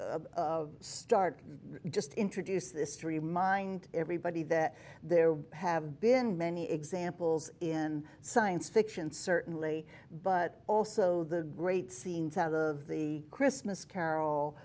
start just introduce this to remind everybody that there have been many examples in science fiction certainly but also the great scenes out of the christmas carol